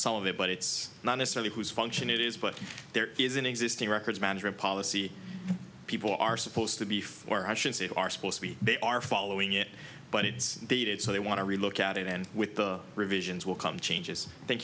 some of it but it's not necessarily whose function it is but there is an existing records management policy people are supposed to be for i should say they are supposed to be they are following it but it's dated so they want to relook at it and with the revisions will come changes thank